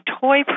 toy